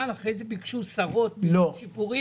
ואחרי כן ביקשו השרות לעשות שיפורים?